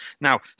Now